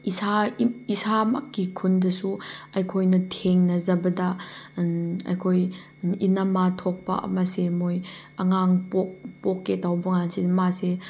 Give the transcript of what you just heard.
ꯏꯁꯥ ꯏꯁꯥꯃꯛꯀꯤ ꯈꯨꯟꯗꯁꯨ ꯑꯩꯈꯣꯏꯅ ꯊꯦꯡꯅꯖꯕꯗ ꯑꯩꯈꯣꯏ ꯏꯅꯝꯃ ꯊꯣꯛꯄ ꯑꯃꯁꯦ ꯃꯣꯏ ꯑꯉꯥꯡ ꯄꯣꯛꯀꯦ ꯇꯧꯕꯀꯥꯟꯁꯤꯗ ꯃꯥꯁꯦ